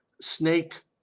snake